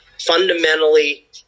fundamentally